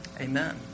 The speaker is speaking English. amen